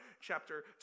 chapter